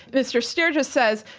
mr sturgess says,